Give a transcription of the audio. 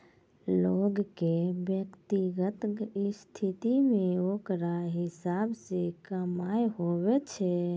लोग के व्यक्तिगत स्थिति मे ओकरा हिसाब से कमाय हुवै छै